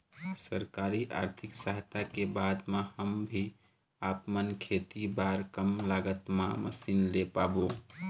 सरकारी आरथिक सहायता के बाद मा हम भी आपमन खेती बार कम लागत मा मशीन ले पाबो?